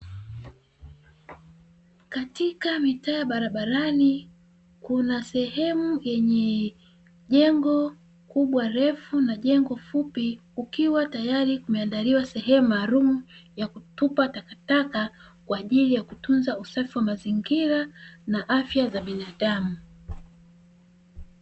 Katika mitaa barabarani kuna sehemu yenye jengo kubwa refu na jengo fupi, ikiwa tayari imeandaliwa sehemu maalumu ya kutupa takataka kwa ajili ya kutunza usafi wa mazingira na afya ya binadamu.